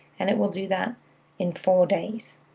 and it will do that in four days.